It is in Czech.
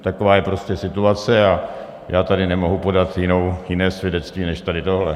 Taková je prostě situace a já tady nemohu podat jiné svědectví než tady tohle.